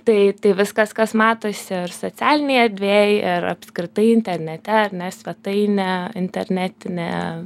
tai tai viskas kas matosi ir socialinėj erdvėj ir apskritai internete ar ne svetainė internetinė